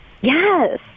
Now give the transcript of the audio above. Yes